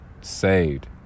saved